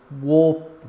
war